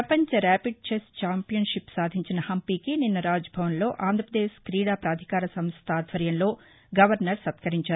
ప్రపంచ rapid chess championship సాధించిన హంపికి నిస్న రాజ్భవన్లో ఆంధ్రప్రదేశ్ క్రీడా పాధికార సంస్ద శాప్ ఆధ్వర్యంలో గవర్నరు సత్యరించారు